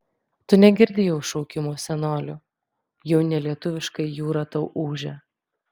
tu negirdi jau šaukimo senolių jau ne lietuviškai jūra tau ūžia